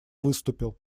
выступил